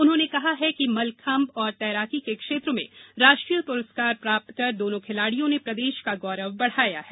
उन्होंने कहा कि मलखंभ और तैराकी के क्षेत्र में राष्ट्रीय पुरस्कार प्राप्त कर दोनों खिलाड़ियों ने प्रदेष का गौरव बढ़ाया है